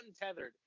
untethered